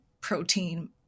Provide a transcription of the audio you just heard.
protein